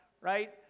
right